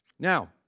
Now